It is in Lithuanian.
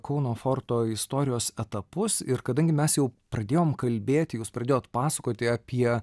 kauno forto istorijos etapus ir kadangi mes jau pradėjom kalbėti jūs pradėjot pasakoti apie